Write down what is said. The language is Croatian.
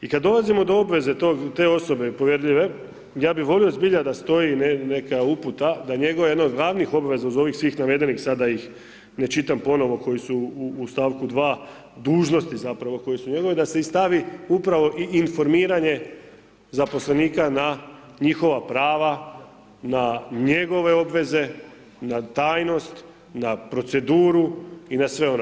I kad dolazimo do obveze te osobe povjerljive, ja bi volio zbilja da stoji neka uputa da njegova jedna od glavnih obveza uz ovih svih navedenih sad da ih ne čitam ponovo koji su u stavku 2., dužnosti zapravo koje su njegove, da se stavi upravo i informiranje zaposlenika na njihova prava, na njegove obveze, na tajnost, na proceduru i na sve ono.